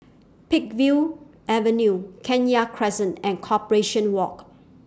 Peakville Avenue Kenya Crescent and Corporation Walk